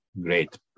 great